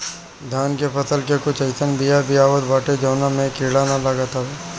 धान के फसल के कुछ अइसन बिया भी आवत बाटे जवना में कीड़ा ना लागत हवे